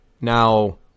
now